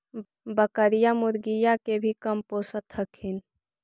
बकरीया, मुर्गीया के भी कमपोसत हखिन?